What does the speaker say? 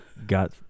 Got